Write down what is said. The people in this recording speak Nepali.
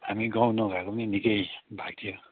हामी गाउँ नगएको पनि निकै भएको थियो